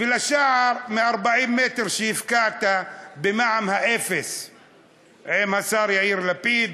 ולשער מ-40 מטר שהבקעת במע"מ 0% עם השר יאיר לפיד,